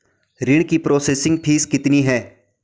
ऋण की processing fee कितनी है?